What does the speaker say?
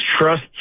trust